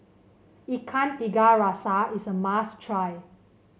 Ikan Tiga Rasa is a must try